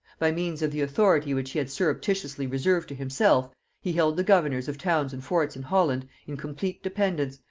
by means of the authority which he had surreptitiously reserved to himself, he held the governors of towns and forts in holland in complete dependence,